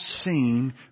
seen